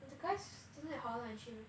the guys 真的好到哪里去 meh